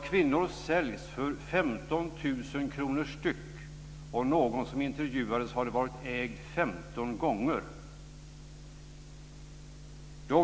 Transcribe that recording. Kvinnor säljs för 15 000 kr per styck. Någon som hade blivit intervjuad hade haft 15 olika ägare!